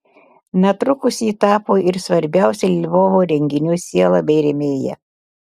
netrukus ji tapo ir svarbiausių lvovo renginių siela bei rėmėja